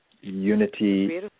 unity